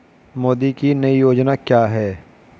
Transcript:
मोदी की नई योजना क्या है?